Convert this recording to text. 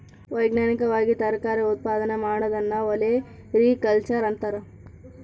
ವೈಜ್ಞಾನಿಕವಾಗಿ ತರಕಾರಿ ಉತ್ಪಾದನೆ ಮಾಡೋದನ್ನ ಒಲೆರಿಕಲ್ಚರ್ ಅಂತಾರ